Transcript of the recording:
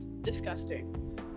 disgusting